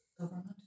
Government